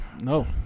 No